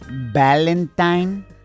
Valentine